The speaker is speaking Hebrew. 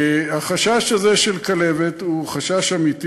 החשש הזה של כלבת הוא חשש אמיתי.